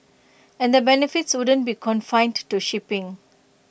and the benefits wouldn't be confined to shipping